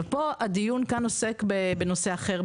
הדיון כאן עוסק בנושא אחר,